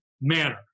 manner